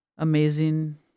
amazing